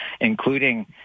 including